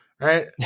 Right